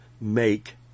make